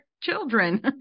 children